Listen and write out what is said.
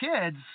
kids